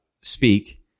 speak